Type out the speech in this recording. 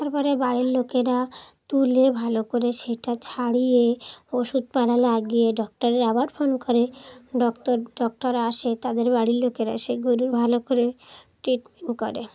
তারপরে বাড়ির লোকেরা তুলে ভালো করে সেটা ছাড়িয়ে ওষুধপালা লাগিয়ে ডক্টরে আবার ফোন করে ডক্টর ডক্টর আসে তাদের বাড়ির লোকেরা সেই গরুর ভালো করে ট্রিটমেন্ট করে